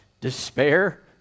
despair